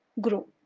grow